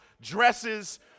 dresses